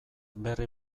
berri